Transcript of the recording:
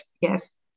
yes